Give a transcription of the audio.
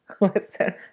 Listen